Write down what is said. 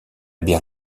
bière